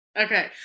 okay